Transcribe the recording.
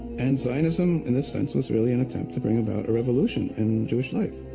and zionism, in this sense was really an attempt to bring about a revolution in jewish life.